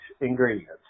ingredients